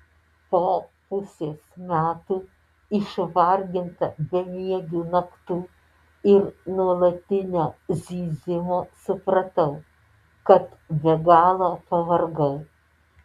po pusės metų išvarginta bemiegių naktų ir nuolatinio zyzimo supratau kad be galo pavargau